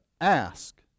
ask